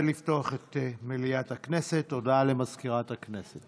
חוברת כ"א ישיבה קט"ו הישיבה המאה-וחמש-עשרה של הכנסת